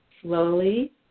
slowly